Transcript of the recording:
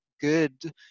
good